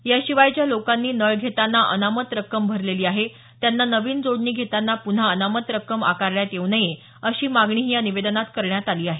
याशिवाय ज्या लोकांनी नळ घेतांना अनामत रक्कम भरलेली आहे त्यांना नवीन जोडणी घेतांना प्न्हा अनामत रक्कम आकारण्यात येऊ नये अशीही मागणी या निवेदनात करण्यात आली आहे